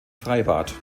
freibad